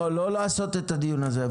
לא, לא לעשות את הדיון הזה.